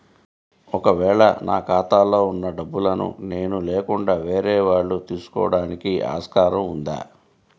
ఒక వేళ నా ఖాతాలో వున్న డబ్బులను నేను లేకుండా వేరే వాళ్ళు తీసుకోవడానికి ఆస్కారం ఉందా?